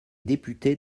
député